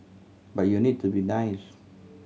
but you need to be nice